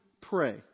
pray